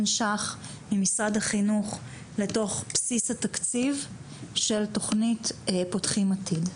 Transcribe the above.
₪ ממשרד החינוך לתוך בסיס התקציב של תוכנית "פותחים עתיד".